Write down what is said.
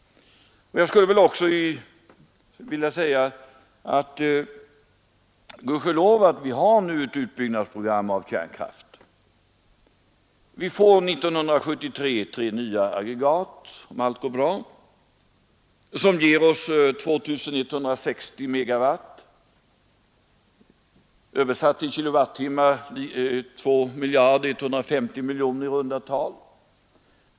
Jag skulle också vilja säga: Gud ske lov att vi har ett utbyggnadsprogram för kärnkraft. Vi får 1974 tre nya aggregat, om allt går bra, som ger oss 2 160 MW, eller 2 150 miljoner kWh i runda tal.